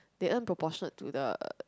they earn proportionate to the